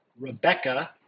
Rebecca